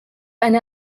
einer